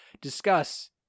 discuss